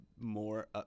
more